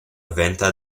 venta